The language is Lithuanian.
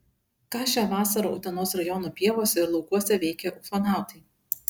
ką šią vasarą utenos rajono pievose ir laukuose veikė ufonautai